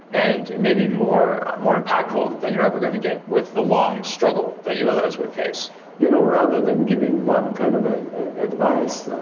and maybe more more impactful than you're ever going to get with the long struggle that you otherwise would face you know, rather than giving one kind of advice,